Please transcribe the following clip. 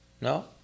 No